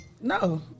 No